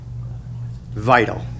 vital